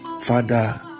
Father